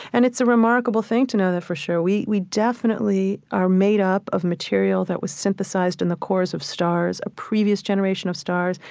and it's a remarkable thing to know that for sure. we definitely we definitely are made up of material that was synthesized in the cores of stars, a previous generation of stars.